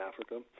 Africa